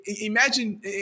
imagine